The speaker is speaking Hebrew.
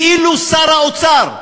שר האוצר,